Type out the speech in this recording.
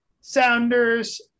Sounders